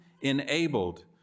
enabled